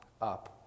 up